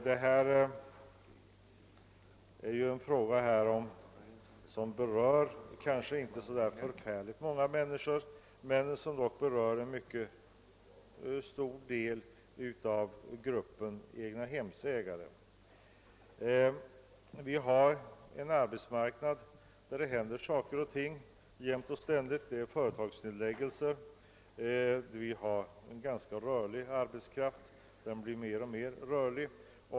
Detta är en fråga som kanske inte berör särskilt många människor, men den berör dock en stor del av gruppen egnahemsägare. Vi har en arbetsmarknad där det jämt och ständigt händer saker och ting. Det före kommer ofta företagsnedläggningar, och arbetskraften blir alltmer rörlig.